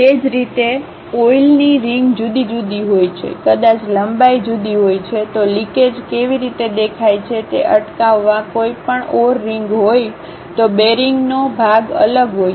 તે જ રીતે ઓઈલની રીંગ જુદી જુદી હોય છે કદાચ લંબાઈ જુદી હોય છે તો લિકેજ કેવી રીતે દેખાય છે તે અટકાવવા કોઈ પણ ઓર રીંગ હોય તો બેરિંગનો ભાગ અલગ હોય છે